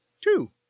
two